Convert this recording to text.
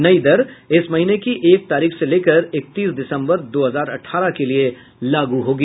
नई दर इस महीने की एक तारीख से लेकर इकतीस दिसंबर दो हजार अठारह के लिए लागू होगी